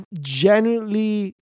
Genuinely